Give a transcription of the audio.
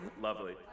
Lovely